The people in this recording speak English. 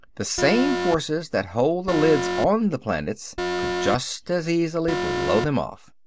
the same forces that hold the lids on the planets could just as easily blow them off.